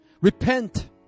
Repent